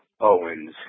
Owens